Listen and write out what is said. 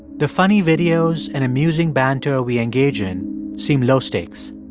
the funny videos and amusing banter we engage in seem low stakes